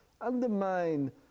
undermine